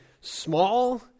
small